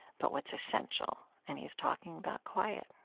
but what's essential. and he's talking about quiet.